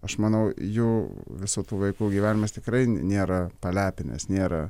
aš manau jų visų tų vaikų gyvenimas tikrai nėra palepinęs nėra